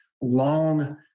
long